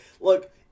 look